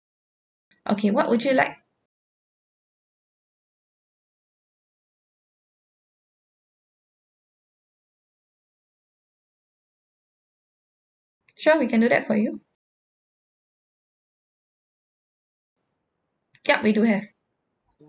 okay what would you like sure we can do that for you yup we do have